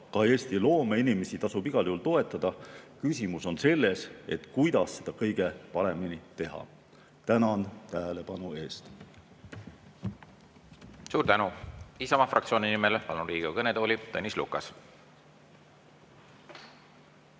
ka Eesti loomeinimesi tasub igal juhul toetada. Küsimus on selles, kuidas seda kõige paremini teha. Tänan tähelepanu eest! Suur tänu! Isamaa fraktsiooni nimel palun Riigikogu kõnetooli Tõnis Lukase!